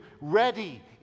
ready